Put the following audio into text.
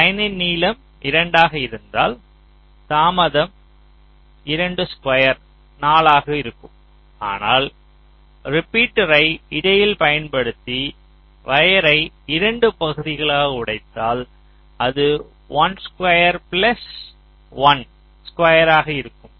ஒரு லைனின் நீளம் 2 ஆக இருந்தால் தாமதம் 2 ஸ்குயர் 4 ஆக இருக்கும் ஆனால் ரிப்பீட்டரைப் இடையில் பயன்படுத்தி வயர்யை 2 பகுதிகளாக உடைத்தால் அது 1 ஸ்குயர் பிளஸ் 1 ஸ்குயராக இருக்கும்